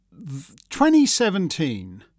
2017